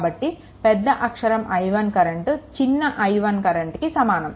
కాబట్టి పెద్ద అక్షరం I1 కరెంట్ చిన్న i1 కరెంట్కి సమానం